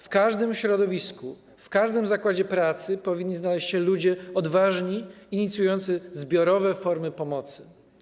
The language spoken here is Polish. W każdym środowisku, w każdym zakładzie pracy powinni znaleźć się ludzie odważni inicjujący zbiorowe formy pomocy”